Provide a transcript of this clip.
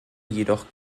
jedoch